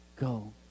go